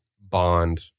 bond